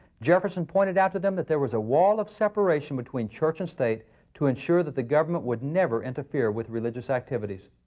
jefferson pointed out to them that there was a wall of separation between church and state to ensure that the government would never interfere with religious activities.